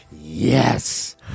yes